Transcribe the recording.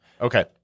Okay